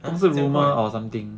是这样 meh